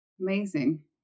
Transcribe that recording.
Amazing